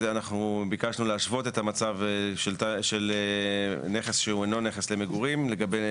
ביקשה להשוות את המצב של נכס שאינו נכס למגורים לגבי